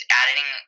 adding